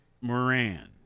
Moran